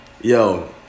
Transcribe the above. yo